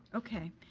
okay.